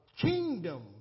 kingdom